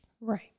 Right